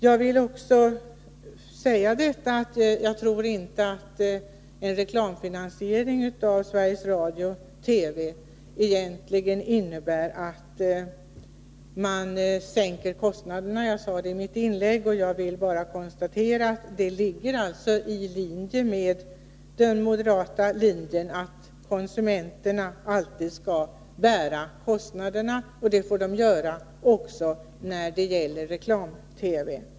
Jag vill också säga att jag inte tror att reklamfinansiering av Sveriges Radio-TV egentligen innebär att man sänker kostnaderna. Jag sade det i mitt tidigare inlägg. Och jag vill bara konstatera att den moderata ståndpunkten ligger i linje med att konsumenterna alltid skall bära kostnaderna. Det får de göra också när det gäller reklam-TV.